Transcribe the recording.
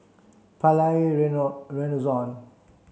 Palais Renaissance